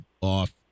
off